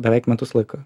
beveik metus laiko